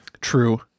True